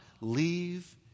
leave